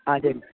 ஆ சரிங்